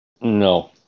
No